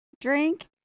drink